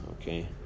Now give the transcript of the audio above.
Okay